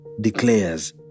declares